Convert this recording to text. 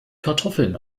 kartoffeln